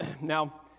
Now